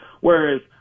whereas